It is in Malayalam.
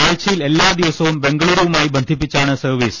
ആഴ്ചയിൽ എല്ലാ ദിവസവും ബംഗളുരു വുമായി ബന്ധിപ്പിച്ചാണ് സർവീസ്